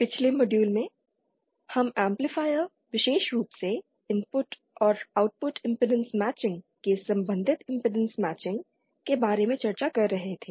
पिछले मॉड्यूल में हम एम्पलीफायर विशेष रूप से इनपुट और आउटपुट इम्पीडेन्स मैचिंग से संबंधित इम्पीडेन्स मैचिंग के बारे में चर्चा कर रहे थे